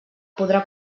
podrà